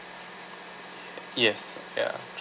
yes ya